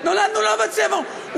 נולדנו לא בצבע הנכון,